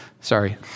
Sorry